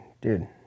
dude